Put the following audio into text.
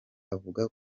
avuga